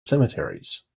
cemeteries